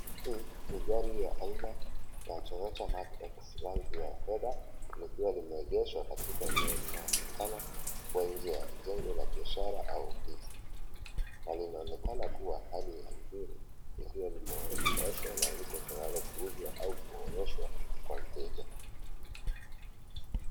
Hii, ni gari ya aina, ya Toyota Mark-X rangi ya fedha, likiwa limeegeshwa katika eneo linaloonekana, kuanzia jengo la biashara au ofisi, na linaonekana kuwa hali ya mzuri, likiwa limeoshwa na liko tayari kuuzwa, au kuonyeshwa, kwa mteja.